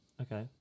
Okay